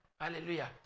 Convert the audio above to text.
Hallelujah